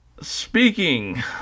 Speaking